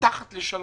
מתחת ל-3,